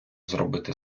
зробити